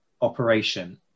operation